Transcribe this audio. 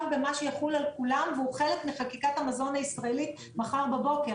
והוא חלק מחקיקת המזון הישראלית מחר בבוקר.